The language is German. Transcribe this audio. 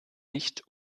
nicht